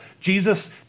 Jesus